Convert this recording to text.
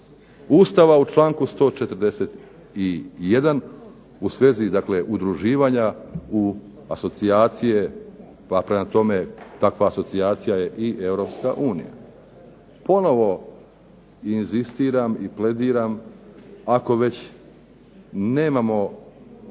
Ustava u članku 141. u svezi, dakle udruživanja u asocijacije, pa prema tome takva asocijacija je i Europska unija. Ponovo inzistiram i plediram, ako već nemamo